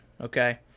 okay